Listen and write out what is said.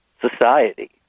society